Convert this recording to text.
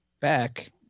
Back